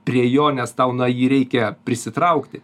prie jo nes tau na jį reikia prisitraukti